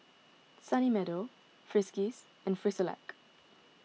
Sunny Meadow Friskies and Frisolac